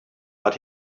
but